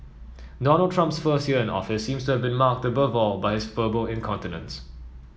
Donald Trump's first year in office seems to been marked above all by his verbal incontinence